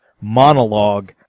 monologue